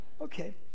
Okay